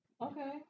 Okay